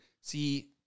See